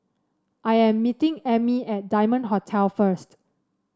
I am meeting Emmie at Diamond Hotel first